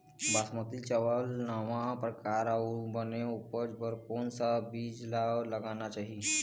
बासमती चावल नावा परकार अऊ बने उपज बर कोन सा बीज ला लगाना चाही?